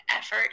effort